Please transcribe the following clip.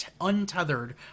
untethered